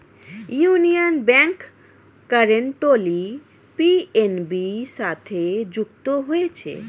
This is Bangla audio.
ইউনিয়ন ব্যাংক কারেন্টলি পি.এন.বি সাথে যুক্ত হয়েছে